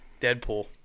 Deadpool